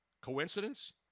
Coincidence